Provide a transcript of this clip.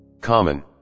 common